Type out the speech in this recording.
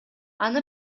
аны